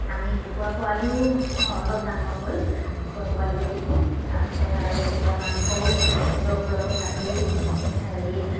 আমি কুকুৰা পোৱালিও অলপ ডাঙৰ কৰি কুকুৰা পোৱালিও বিকোঁ তাৰপিছত আৰু কুকুৰা মাংসও নিজৰ ঘৰতে কাটি হেৰি